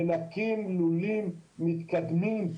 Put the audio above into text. נקים לולים מתקדמים,